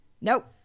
Nope